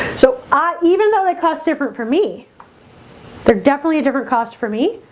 so i even though they cost different for me they're definitely a different cost for me.